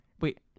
Wait